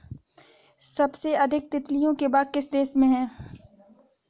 सबसे अधिक तितलियों के बाग किस देश में हैं?